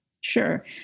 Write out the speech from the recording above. Sure